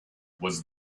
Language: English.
was